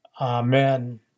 Amen